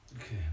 Okay